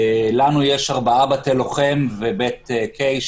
לנו יש ארבעה בתי לוחם ובית קיי,